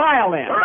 violin